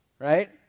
right